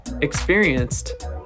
experienced